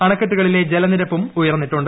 അണക്കെട്ടുകളിലെ ജലനിരപ്പും ഉയർന്നിട്ടുണ്ട്